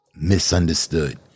misunderstood